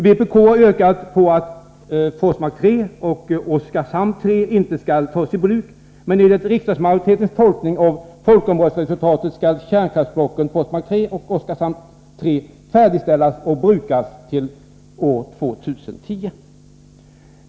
Vpk har yrkat på att Forsmark 3 och Oskarshamn 3 inte skall tas i bruk, men enligt riksdagsmajoritetens tolkning av folkomröstningsresultatet skall dessa kärnkraftsblock färdigställas och brukas till år 2010.